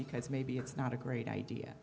because maybe it's not a great idea